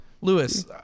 Lewis